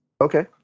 okay